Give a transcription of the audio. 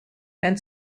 wenn